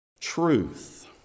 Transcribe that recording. truth